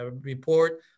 report